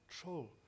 control